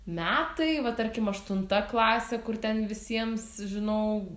metai va tarkim aštunta klasė kur ten visiems žinau